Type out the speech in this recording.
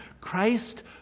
Christ